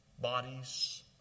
bodies